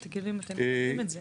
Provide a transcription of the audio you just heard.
רק תגיד לי אם אתם משנים את זה.